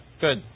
good